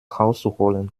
rauszuholen